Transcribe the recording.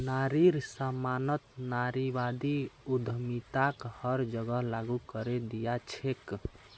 नारिर सम्मानत नारीवादी उद्यमिताक हर जगह लागू करे दिया छेक